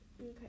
Okay